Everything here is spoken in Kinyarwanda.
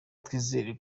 twizere